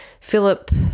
Philip